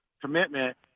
commitment